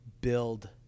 build